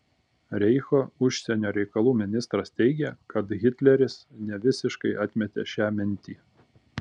reicho užsienio reikalų ministras teigė kad hitleris nevisiškai atmetė šią mintį